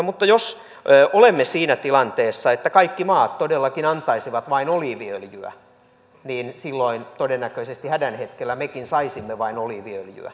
mutta jos olemme siinä tilanteessa että kaikki maat todellakin antaisivat vain oliiviöljyä niin silloin todennäköisesti hädän hetkellä mekin saisimme vain oliiviöljyä